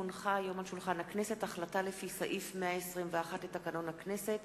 כי הונחה היום על שולחן הכנסת החלטה לפי סעיף 121 לתקנון הכנסת